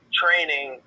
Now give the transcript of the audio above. training